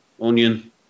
onion